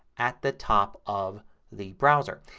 at the top of the browser.